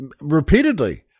repeatedly